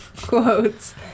quotes